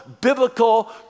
biblical